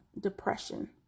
depression